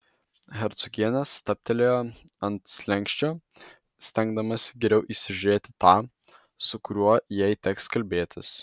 hercogienė stabtelėjo ant slenksčio stengdamasi geriau įsižiūrėti tą su kuriuo jai teks kalbėtis